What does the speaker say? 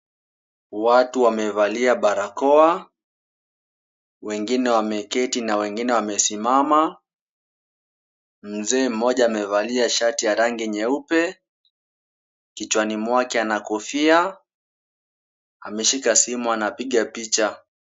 Watu wamevalia barakoa, wengine wameketi na wengine wamesimama, mzee mmoja amevalia shati ya rangi nyeupe, kichwani mwake ana kofia ameshika simu anapiga picha.